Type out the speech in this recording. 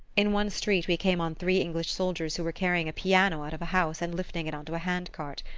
in one street we came on three english soldiers who were carrying a piano out of a house and lifting it onto a hand-cart.